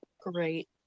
great